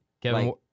Kevin